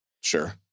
Sure